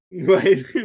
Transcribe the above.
Right